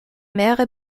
mehrere